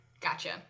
gotcha